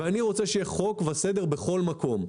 אני רוצה שיהיה חוק וסדר בכל מקום,